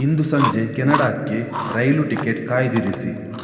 ಇಂದು ಸಂಜೆ ಕೆನಡಾಕ್ಕೆ rail ticket ಕಾಯ್ದಿರಿಸಿ